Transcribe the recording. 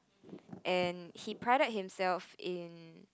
and he prided himself in